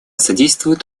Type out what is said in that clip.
содействует